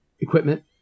equipment